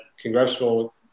congressional